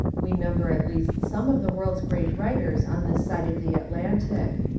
we number at least some of the world's great writers on this side of the at lantic.